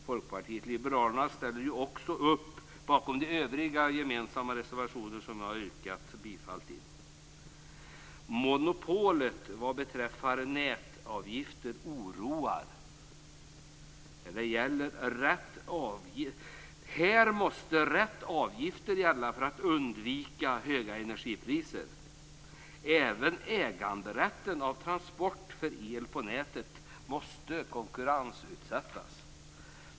Folkpartiet liberalerna ställer också upp bakom de övriga gemensamma reservationer som här har yrkats bifall till. Monopolet vad beträffar nätavgifter oroar. Här måste rätt avgifter gälla om vi skall undvika för höga energipriser. Även äganderätten till transport av el på nätet måste kunna konkurrensutsättas.